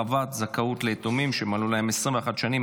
הרחבת זכאות ליתומים שמלאו להם 21 שנים),